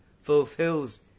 fulfills